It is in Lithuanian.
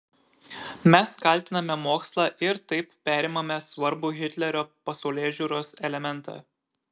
mes kaltiname mokslą ir taip perimame svarbų hitlerio pasaulėžiūros elementą